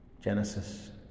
Genesis